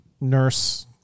nurse